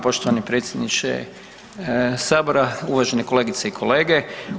Poštovani predsjedniče Sabora, uvažene kolegice i kolege.